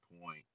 point